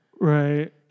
Right